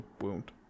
wound